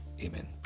Amen